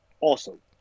Awesome